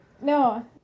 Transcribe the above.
No